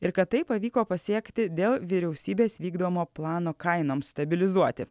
ir kad tai pavyko pasiekti dėl vyriausybės vykdomo plano kainom stabilizuoti